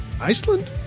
Iceland